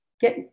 get